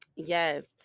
Yes